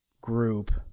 group